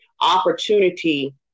opportunity